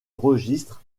registres